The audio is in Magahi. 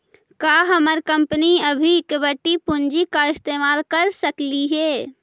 का हमर कंपनी अभी इक्विटी पूंजी का इस्तेमाल कर सकलई हे